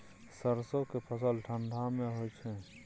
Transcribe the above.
सरसो के फसल ठंडा मे होय छै?